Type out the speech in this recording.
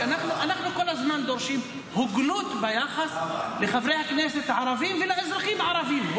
אנחנו כל הזמן דורשים הוגנות ביחס לחברי הכנסת הערבים ולאזרחים הערבים.